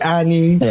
Annie